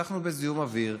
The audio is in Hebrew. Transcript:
חסכנו בזיהום אוויר,